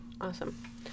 Awesome